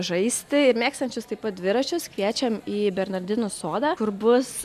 žaisti ir mėgstančius taip pat dviračius kviečiam į bernardinų sodą kur bus